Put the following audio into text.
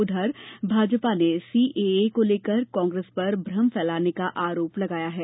उधर भाजपा ने सीएए को लेकर कांग्रेस पर भ्रम फैलाने का आरोप लगाया है